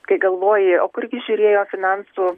kai galvoji o kurgi žiūrėjo finansų